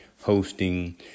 hosting